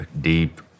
deep